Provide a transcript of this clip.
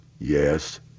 Yes